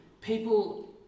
People